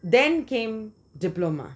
then came diploma